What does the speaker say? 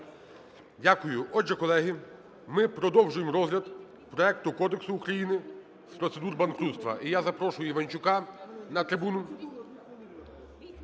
Дякую. Отже, колеги, ми продовжуємо розгляд проекту Кодексу України з процедур банкрутства. І я запрошую Іванчука на трибуну.